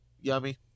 yummy